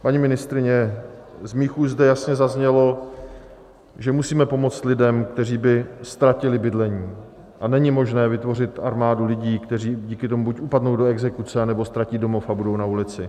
Paní ministryně, z mých úst zde jasně zaznělo, že musíme pomoct lidem, kteří by ztratili bydlení, a není možné vytvořit armádu lidí, kteří díky tomu buď upadnou do exekuce, anebo ztratí domov a budou na ulici.